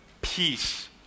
peace